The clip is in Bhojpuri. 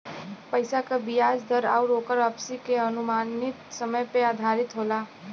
पइसा क बियाज दर आउर ओकर वापसी के अनुमानित समय पे आधारित होला